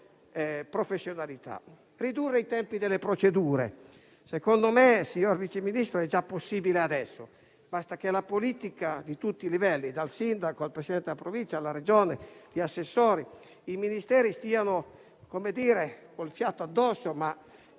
grazie a tutti